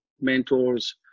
mentors